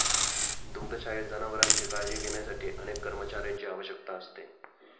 दुग्धशाळेत जनावरांची काळजी घेण्यासाठी अनेक कर्मचाऱ्यांची आवश्यकता असते